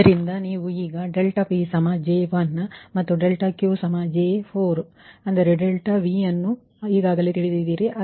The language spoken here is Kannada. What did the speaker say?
ಆದ್ದರಿಂದ ನೀವು ಈಗ ∆P J1 ∆δ ಮತ್ತು ∆Q J4 ∆V ಅನ್ನು ಹೊಂದಿದ್ದೀರಿ